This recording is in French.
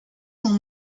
sont